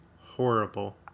Horrible